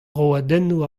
roadennoù